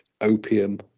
opium